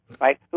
Right